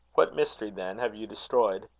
what mystery, then, have you destroyed?